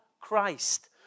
Christ